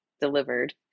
delivered